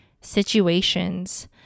situations